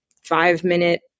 five-minute